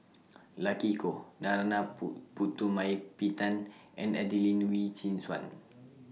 Lucy Koh Narana Pool Putumaippittan and Adelene Wee Chin Suan